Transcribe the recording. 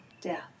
death